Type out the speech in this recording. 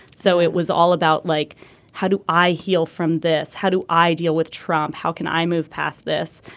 so it was all about like how do i heal from this. how do i deal with trump. how can i move past this.